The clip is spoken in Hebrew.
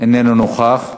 איננו נוכח.